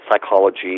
psychology